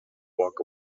walk